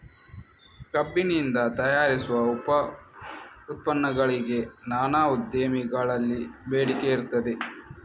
ಕಬ್ಬಿನಿಂದ ತಯಾರಿಸುವ ಉಪ ಉತ್ಪನ್ನಗಳಿಗೆ ನಾನಾ ಉದ್ದಿಮೆಗಳಲ್ಲಿ ಬೇಡಿಕೆ ಇರ್ತದೆ